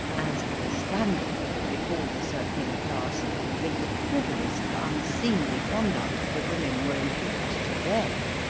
as for the scandal that would befall the circular class if the frivolous and unseemly conduct of the women were imputed to them,